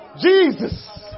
Jesus